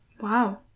Wow